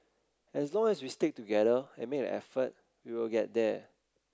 as long as we stick together and make an effort we will get there